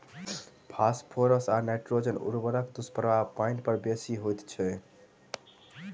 phosphorus आ nitrogen उर्वरकक दुष्प्रभाव पाइन पर बेसी होइत छै